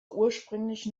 ursprünglich